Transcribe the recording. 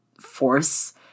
force